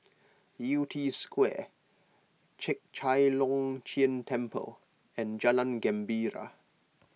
Yew Tee Square Chek Chai Long Chuen Temple and Jalan Gembira